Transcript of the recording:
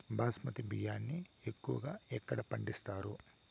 బాస్మతి బియ్యాన్ని ఎక్కువగా ఎక్కడ పండిస్తారు?